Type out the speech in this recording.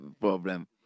problem